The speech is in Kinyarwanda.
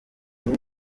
rero